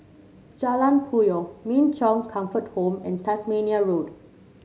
Jalan Puyoh Min Chong Comfortable and Tasmania Road